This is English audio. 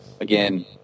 Again